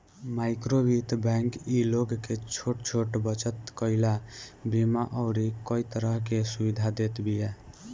माइक्रोवित्त बैंक इ लोग के छोट छोट बचत कईला, बीमा अउरी कई तरह के सुविधा देत बिया